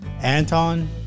Anton